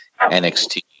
nxt